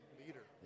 leader